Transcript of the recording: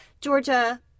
Georgia